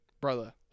brother